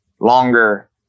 longer